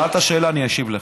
שאלת שאלה, אני אשיב לך.